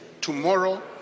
Tomorrow